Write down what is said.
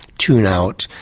tune out.